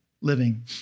living